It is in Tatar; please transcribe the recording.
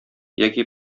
яки